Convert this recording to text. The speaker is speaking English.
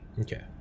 Okay